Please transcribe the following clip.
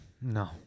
no